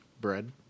Bread